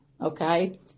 Okay